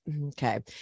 Okay